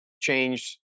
changed